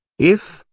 if,